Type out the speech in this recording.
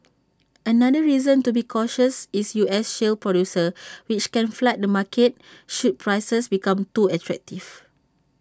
another reason to be cautious is U S shale producers which can flood the market should prices become too attractive